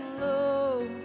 low